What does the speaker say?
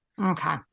Okay